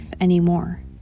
anymore